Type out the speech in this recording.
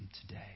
today